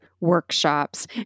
workshops